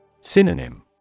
Synonym